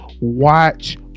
watch